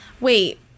Wait